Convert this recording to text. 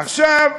עכשיו,